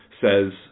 says